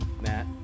Matt